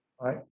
Right